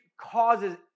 causes